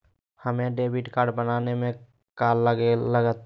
हमें debit card बनाने में का लागत?